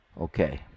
okay